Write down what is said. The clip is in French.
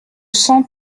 sens